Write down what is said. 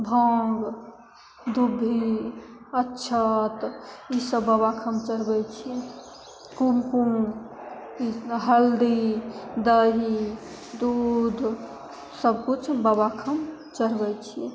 भाँग दुभि अच्छत ईसब बाबाके हम चढ़बै छिअनि कुमकुम हल्दी दही दूध सबकिछु बाबाके हम चढ़बै छिए